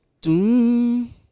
Doom